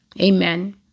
amen